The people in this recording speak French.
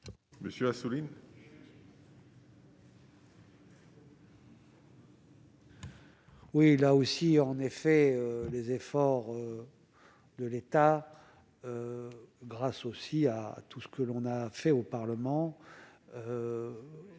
Monsieur Assouline. Oui, là aussi, en effet, les efforts de l'État, grâce aussi à tout ce que l'on a fait au Parlement